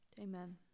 Amen